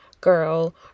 girl